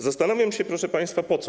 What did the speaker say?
Zastanawiam się, proszę państwa, po co.